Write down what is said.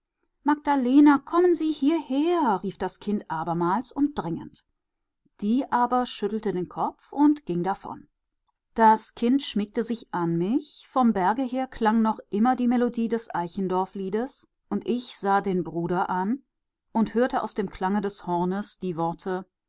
magdalena kommen sie hierher rief das kind abermals und dringend die aber schüttelte den kopf und ging davon das kind schmiegte sich an mich vom berge her klang noch immer die melodie des eichendorffliedes und ich sah den bruder an und hörte aus dem klange des hornes die worte